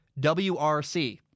WRC